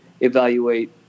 evaluate